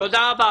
תודה רבה.